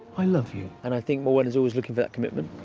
i love you. and i think morwenna's always looking for that commitment.